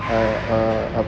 a a a